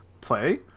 play